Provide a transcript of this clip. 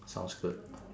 sounds good